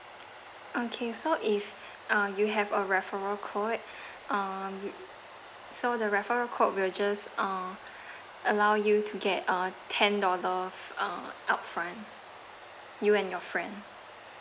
okay so if uh you have a referral code um so the referral code will just um allow you to get uh ten dollar upfront you and your friend